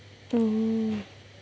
mm